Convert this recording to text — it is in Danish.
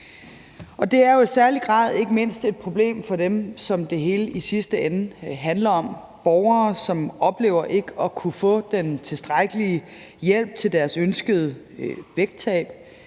Det er i særlig grad ikke mindst et problem for dem, som det hele i sidste ende handler om, nemlig borgere, som oplever ikke at kunne få den tilstrækkelige hjælp til deres ønskede vægttab.